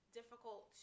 difficult